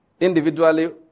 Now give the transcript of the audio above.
individually